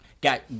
got